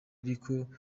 ariko